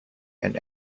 and